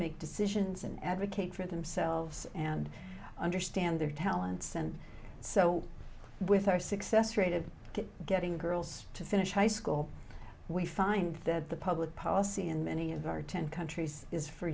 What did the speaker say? make decisions and advocate for themselves and understand their talents and so with our success rate of getting girls to finish high school we find that the public policy in many of our ten countries is for